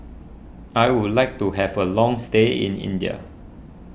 I would like to have a long stay in India